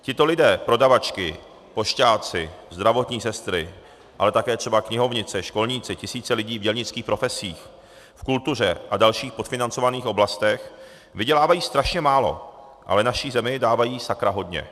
Tito lidé prodavačky, pošťáci, zdravotní sestry, ale také třeba knihovnice, školníci, tisíce lidí v dělnických profesích, v kultuře a dalších podfinancovaných oblastech vydělávají strašně málo, ale naší zemi dávají sakra hodně!